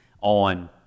on